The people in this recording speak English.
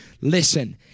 Listen